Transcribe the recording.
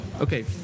Okay